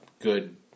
good